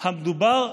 מדובר,